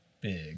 big